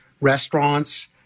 Restaurants